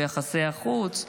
ביחסי החוץ,